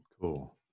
Cool